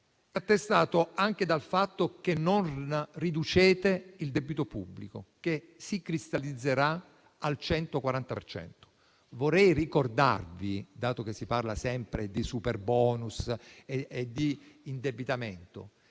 attestata anche dal fatto che non riducete il debito pubblico, che si cristallizzerà al 140 per cento. Dato che si parla sempre di superbonus e di indebitamento,